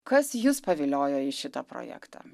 kas jus paviliojo į šitą projektą